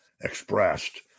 expressed